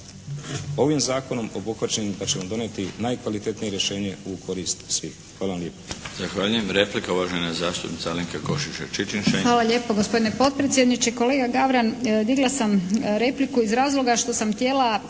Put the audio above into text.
ovim zakonom obuhvaćeni da ćemo donijeti najkvalitetnije rješenje u korist svih. Hvala vam lijepa.